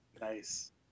nice